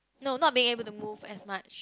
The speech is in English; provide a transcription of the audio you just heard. no not being able to move as much